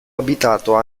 abitato